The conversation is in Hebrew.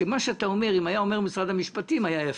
שמה שאתה אומר אם היה אומר משרד המשפטים זה היה יפה.